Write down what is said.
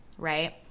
Right